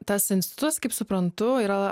tas institutas kaip suprantu yra